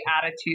attitude